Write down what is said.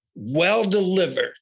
well-delivered